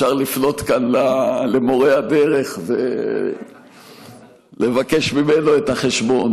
אפשר לפנות כאן למורה הדרך ולבקש ממנו את החשבון.